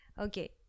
okay